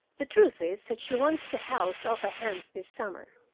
the truth is that she wants the house off her hands this summer.